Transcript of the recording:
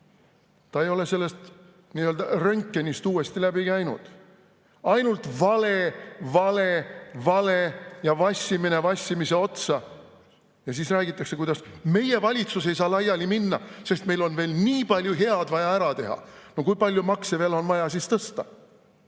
Ta ei ole sellest nii-öelda röntgenist uuesti läbi käinud. Ainult vale vale otsa ja vassimine vassimise otsa. Ja siis räägitakse, kuidas meie valitsus ei saa laiali minna, sest meil on veel nii palju head vaja ära teha. Kui palju makse on veel vaja tõsta?